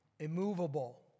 immovable